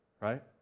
Right